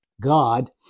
God